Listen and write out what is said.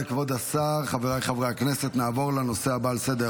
כבוד השר, כבוד השר, תן לי.